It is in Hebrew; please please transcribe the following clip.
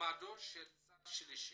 במעמדו של צד שלישי,